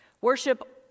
Worship